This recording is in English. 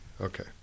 Okay